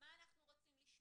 מה אנחנו רוצים לשמור,